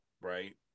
right